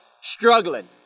struggling